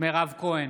מירב כהן,